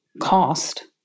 cost